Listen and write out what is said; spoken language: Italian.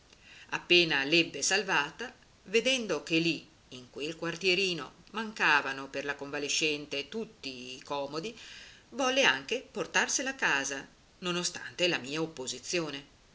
appena l'ebbe salvata vedendo che lì in quel quartierino mancavano per la convalescente tutti i comodi volle anche portarsela a casa non ostante la mia opposizione